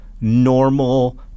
normal